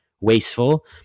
wasteful